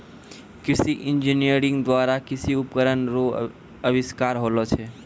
कृषि इंजीनियरिंग द्वारा कृषि उपकरण रो अविष्कार होलो छै